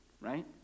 right